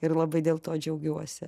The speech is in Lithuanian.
ir labai dėl to džiaugiuosi